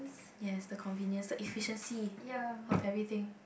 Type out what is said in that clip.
yes the convenience the efficiency of everything